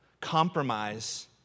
compromise